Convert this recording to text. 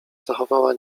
zachowała